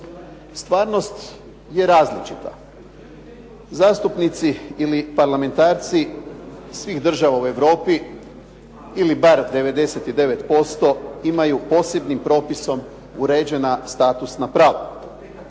Stvarnost je različita, zastupnici ili parlamentarci svih država u Europi ili bar 99% imaju posebnim propisom uređena statusna prava.